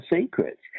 secrets